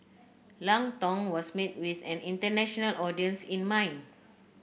Lang Tong was made with an international audience in mind